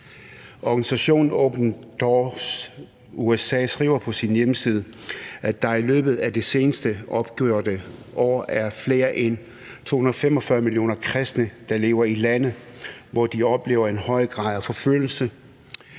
Organisationen Open Doors USA skriver på sin hjemmeside, at der i løbet af det seneste opgjorte år er flere end 245 millioner kristne, der lever i lande, hvor de oplever en høj grad af forfølgelse,